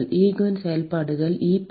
Eigen செயல்பாடுகள் e power